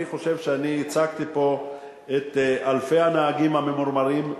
אני חושב שאני ייצגתי פה את אלפי הנהגים הממורמרים,